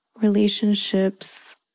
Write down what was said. relationships